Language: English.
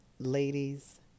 Ladies